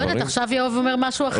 עכשיו יואב אומר משהו אחר.